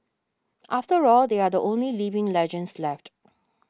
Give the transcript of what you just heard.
after all they are the only living legends left